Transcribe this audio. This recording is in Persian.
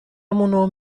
مون